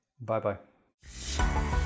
Bye-bye